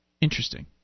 Interesting